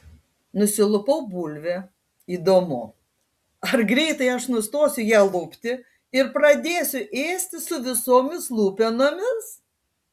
nusilupau bulvę įdomu ar greitai aš nustosiu ją lupti ir pradėsiu ėsti su visomis lupenomis